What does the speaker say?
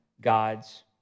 God's